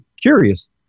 curious